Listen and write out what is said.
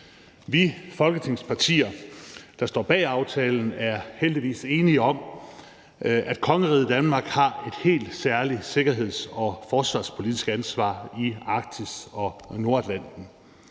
af Folketingets partier, der står bag aftalen – er heldigvis enige om, at kongeriget Danmark har et helt særligt sikkerheds- og forsvarspolitisk ansvar i Arktis og Nordatlanten.